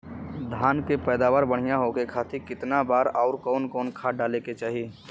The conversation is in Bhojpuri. धान के पैदावार बढ़िया होखे खाती कितना बार अउर कवन कवन खाद डाले के चाही?